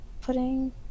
putting